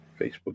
facebook